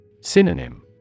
Synonym